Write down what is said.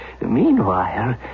Meanwhile